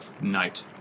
night